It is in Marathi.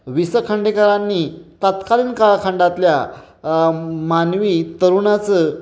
वि स खांडेकरांनी तात्कालीन कालखंडातल्या मानवी तरुणाचं